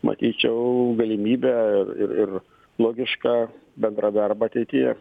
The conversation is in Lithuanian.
matyčiau galimybę ir logišką bendrą darbą ateityje